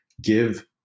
Give